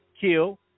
Kill